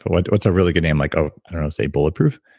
what's what's a really good name? like, oh, i don't know, say bulletproof?